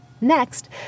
Next